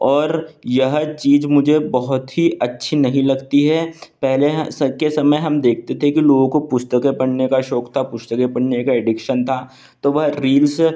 और यह चीज मुझे बहुत ही अच्छी नहीं लगती है पहले यहाँ सकके समय हम देखते थे कि लोगों पुस्तकें पढ़ने का शौक़ था पुस्तकें पढ़ने का एडिक्शन था तो वह रिल्स